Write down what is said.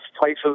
places